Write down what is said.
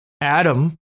Adam